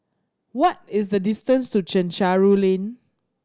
what is the distance to Chencharu Lane